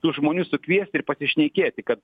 tų žmonių sukviesti ir pasišnekėti kad